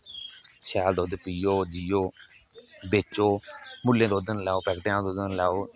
शैल दुद्ध पिओ जिओ बेचो मुल्लें दुद्ध नेईं लैओ पैक्टें दा दुद्ध नेईं लैओ